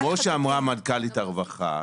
כמו שאמרה מנכ"לית משרד הרווחה,